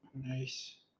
Nice